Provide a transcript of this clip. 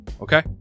Okay